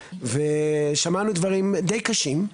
שמענו דברים דיי קשים,